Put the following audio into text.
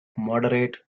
moderate